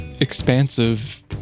expansive